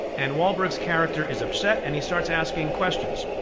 and wahlberg's character is upset and he starts asking questions.